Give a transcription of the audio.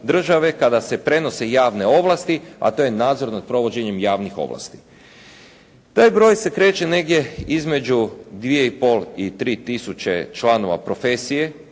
kada se prenose javne ovlasti, a to je nadzor nad provođenjem javnih ovlasti. Taj broj se kreće negdje između dvije i pol i tri tisuće članova profesije